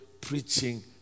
preaching